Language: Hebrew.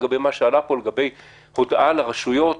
לגבי מה שעלה פה בעניין הודעה לרשויות